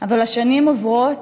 אבל השנים עוברות,